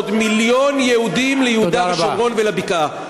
עוד מיליון יהודים ליהודה ושומרון ולבקעה.